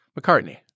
McCartney